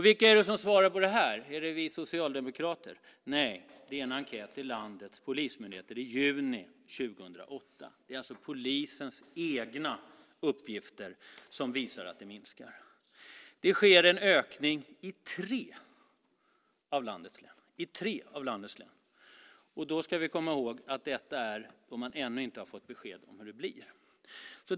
Vilka är det som svarar på det här? Är det vi socialdemokrater? Nej, det är en enkät till landets polismyndigheter i juni 2008. Det är alltså polisens egna uppgifter som visar att det minskar. Det sker en ökning i tre av landets län. Vi ska komma ihåg att detta är när man ännu inte har fått besked om hur det blir.